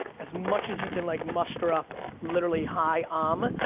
as much as you can like, muster up, literally, hi, um.